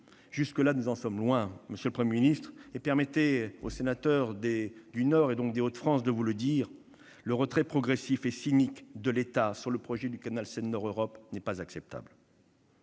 Jusqu'ici, nous en sommes loin, monsieur le Premier ministre. À cet égard, permettez au sénateur du Nord et, donc, des Hauts-de-France que je suis de vous dire que le retrait progressif et cynique de l'État sur le projet du canal Seine-Nord Europe n'est pas acceptable.